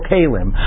Kalim